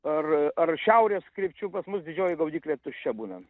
ar ar šiaurės krypčių pas mus didžioji gaudyklė tuščia būna